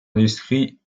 industrie